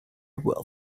well